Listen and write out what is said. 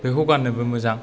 बेखौ गाननोबो मोजां